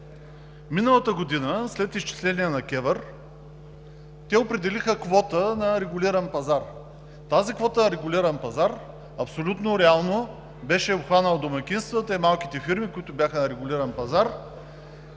Миналата година, след изчисления на КЕВР, те определиха квота за регулиран пазар. Тази квота за регулиран пазар абсолютно реално беше обхванала домакинствата и малките фирми, които бяха на регулиран пазар